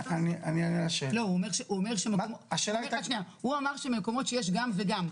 הוא אמר במקומות שיש גם וגם,